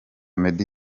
meddy